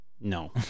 No